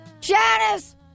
Janice